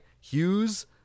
Hughes